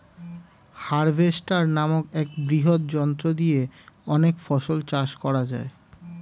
harvester নামক এক বৃহৎ যন্ত্র দিয়ে অনেক ফসল চাষ করা যায়